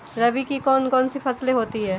रबी की कौन कौन सी फसलें होती हैं?